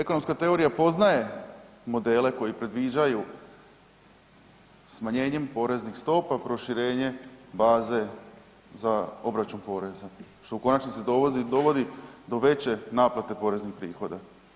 Ekonomska teorija poznaje modele koji predviđaju smanjenjem poreznih stopa proširenje baze za obračun poreza. što u konačnici dovodi do veće naplate poreznih prihoda.